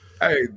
Hey